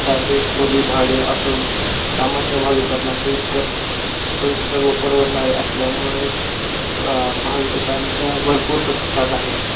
साधे खोलीभाडे असून स सामान्य भाविकांना सोईस्कर सोयस्कर व परवडणारे असल्यामुळे स भाविकांचा भरपूर प्रतिसाद आहे